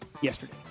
yesterday